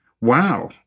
wow